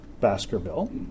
Baskerville